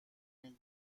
این